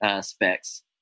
specs